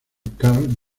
karl